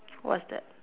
what's that